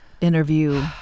interview